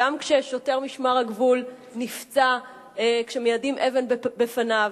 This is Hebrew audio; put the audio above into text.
כששוטר משמר הגבול נפצע כשמיידים אבן בפניו,